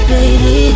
Baby